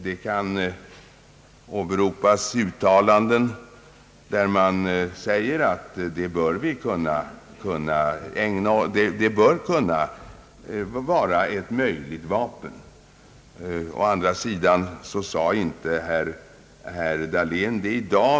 Man kan åberopa uttalanden från folkpartihåll som går ut på att det bör kunna vara ett möjligt vapen. Å andra sidan sade inte herr Dahlén det i dag.